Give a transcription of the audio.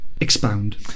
Expound